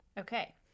Okay